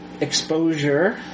exposure